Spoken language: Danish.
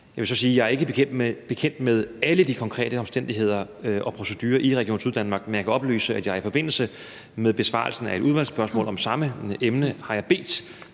jeg ikke er bekendt med alle de konkrete omstændigheder og procedurer i Region Syddanmark, men jeg kan oplyse, at jeg i forbindelse med besvarelsen af et udvalgsspørgsmål om samme emne har bedt